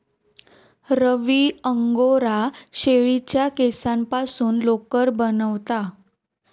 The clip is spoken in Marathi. रवी अंगोरा शेळीच्या केसांपासून लोकर बनवता